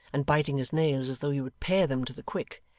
and biting his nails as though he would pare them to the quick.